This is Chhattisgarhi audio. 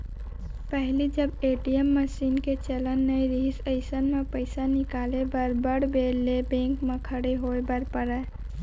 पहिली जब ए.टी.एम मसीन के चलन नइ रहिस अइसन म पइसा निकाले बर बड़ बेर ले बेंक म खड़े होय बर परय